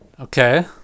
Okay